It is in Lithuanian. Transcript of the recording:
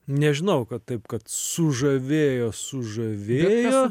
nežinau kad taip kad sužavėjo sužavėjo